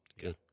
Good